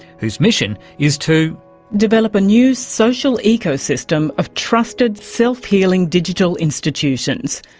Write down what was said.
whose mission is to develop a new social ecosystem of trusted, self-healing digital institutions.